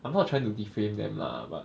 I'm not trying to defame them lah but